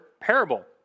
parable